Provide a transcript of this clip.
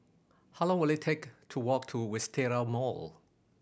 how long will it take to walk to Wisteria Mall